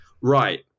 Right